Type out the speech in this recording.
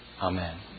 Amen